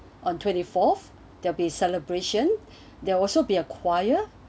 on twenty fourth they'll be celebration there also be a choir